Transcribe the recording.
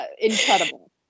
incredible